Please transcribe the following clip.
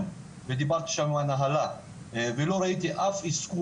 ודיברתי שם על ההנהלה ולא ראיתי אף אזכור,